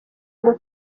ngo